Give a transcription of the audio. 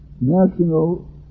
national